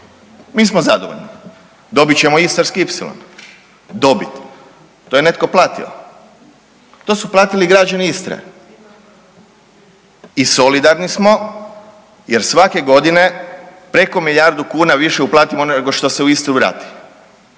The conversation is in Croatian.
Mi smo zadovoljni, dobit ćemo Istarski ipsilon, dobit, to je netko platio. To su platiti građani Istre. I solidarni smo jer svake godine preko milijardu kuna više uplatimo nego što se u Istru vrati.